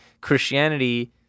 Christianity